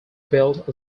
built